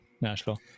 Nashville